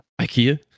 Ikea